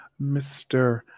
Mr